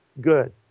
good